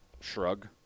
shrug